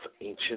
ancient